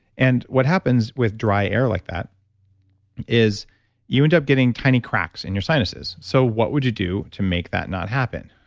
and what happens with dry air like that is you end up getting tiny cracks in your sinuses. so, what would you do to make that not happen?